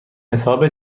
حساب